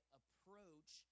approach